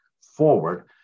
forward